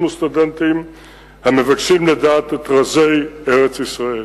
וסטודנטים המבקשים לדעת את רזי ארץ-ישראל.